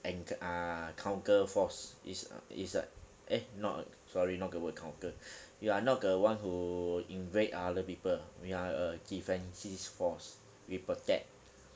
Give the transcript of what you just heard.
and uh counter force is is eh not sorry eh not the word counter you're not the one who invade other people we are a defensive force we protect